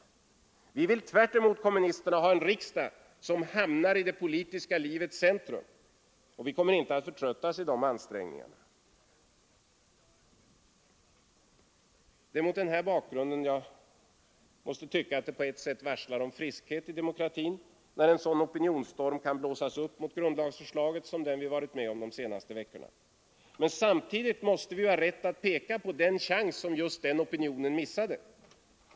Vi vill tvärtemot kommunisterna ha en riksdag, som hamnar i det politiska livets centrum. Och vi kommer inte att förtröttas i de ansträngningarna. Det är mot denna bakgrund jag måste tycka att det på ett sätt varslar om friskhet i demokratin, när en sådan opinionsstorm kan blåsas upp mot grundlagsförslaget som den vi varit med om de senaste veckorna. Men samtidigt måste vi ha rätt att peka på den chans som just den opinionen missade.